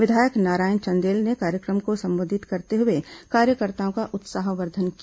विधायक नारायण चंदेल ने कार्यक्रम को संबोधित करते हुए कार्यकर्ताओं का उत्साहवर्धन किया